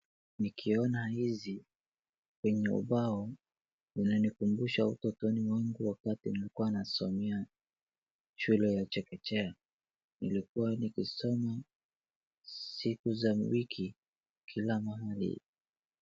Nikiona hizi, kwenye ubao, unanikumbusha utotoni mwangu wakati nilikuwa nasomea shule ya chekechea. Nilikuwa nikisoma siku za wiki kila mahali.